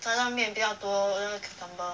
炸酱面比较多那个 cucumber